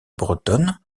bretonne